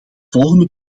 volgende